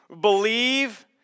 believe